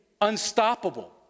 unstoppable